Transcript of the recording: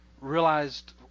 realized